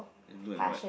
blue and white